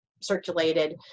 circulated